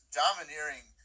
domineering